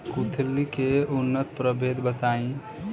कुलथी के उन्नत प्रभेद बताई?